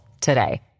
today